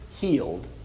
healed